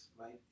right